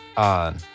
On